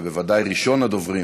ובוודאי ראשון הדוברים